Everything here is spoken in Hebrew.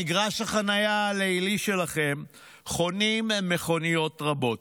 במגרש החניה הלילי שלכם חונות מכוניות רבות.